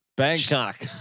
Bangkok